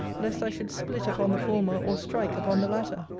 lest i should split upon the former, or strike upon the latter.